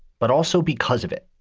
but also because of it.